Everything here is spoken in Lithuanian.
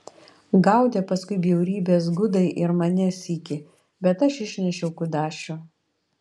gaudė paskui bjaurybės gudai ir mane sykį bet aš išnešiau kudašių